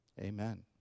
Amen